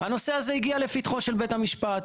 הנושא הזה הגיעה לפתחו של בית המשפט.